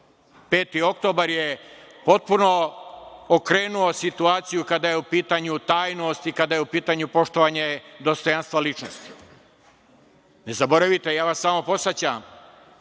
oktobar je potpuno okrenuo situaciju kada je u pitanju tajnost i kada je u pitanju poštovanje dostojanstva ličnosti. Ne zaboravite, ja vas samo podsećam,